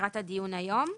לקראת הדיון היום.